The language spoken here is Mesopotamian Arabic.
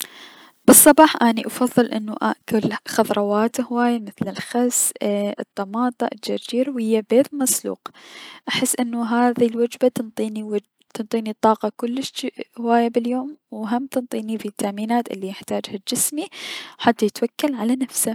بلصباح اني افضل اني اكل خضروات هواية اي- مثل الخس اي الطماطة الخيار الجرجير ويا بيض مسلوق احس انو هذب الوجبة تنطيني وج تنطيني طاقة كلش هواية بليوم و هم تنطيني فيتامينات الي بحتاجها جسمي حتى يتوكل على نفسه.